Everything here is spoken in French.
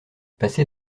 passer